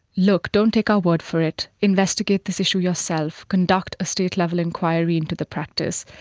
look, don't take our word for it, investigate this issue yourself, conduct a state level enquiry into the practice,